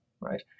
right